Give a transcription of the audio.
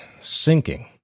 sinking